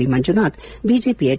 P Manjunath ಬಿಜೆಪಿಯ H